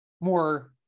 more